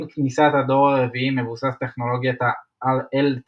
עם כניסת הדור הרביעי מבוסס טכנולוגיית ה-LTE.